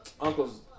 uncle's